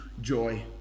Joy